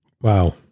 wow